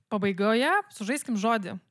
pabaigoje sužaiskim žodį